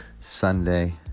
Sunday